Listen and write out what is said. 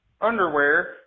underwear